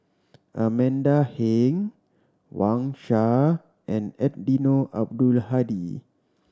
Amanda Heng Wang Sha and Eddino Abdul Hadi